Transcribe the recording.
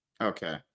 Okay